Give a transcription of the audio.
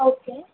okay